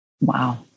Wow